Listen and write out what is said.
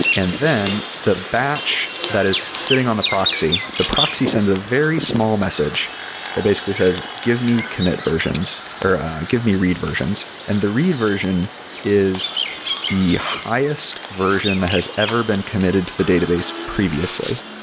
and then the batch that is sitting on the proxy, the proxy sends a very small message that basically says, give me commit versions or give me read versions, and the read version is the highest version that has ever been committed to the database previously,